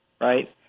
right